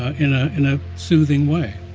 in ah in a soothing way